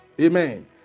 Amen